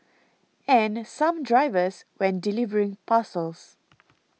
and some drivers when delivering parcels